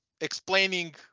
explaining